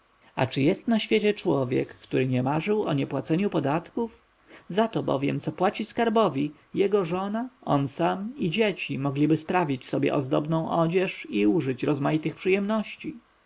czy jest na świecie człowiek któryby nie marzył o niepłaceniu podatków za to bowiem co płaci skarbowi jego żona on sam i dzieci mogliby sprawić sobie ozdobną odzież i użyć rozmaitych przyjemności